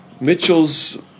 Mitchell's